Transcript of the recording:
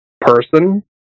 person